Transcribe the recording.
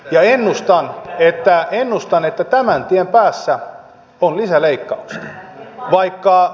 ja ennustan että tämän tien päässä ovat lisäleikkaukset